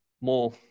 more